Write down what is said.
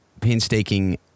painstaking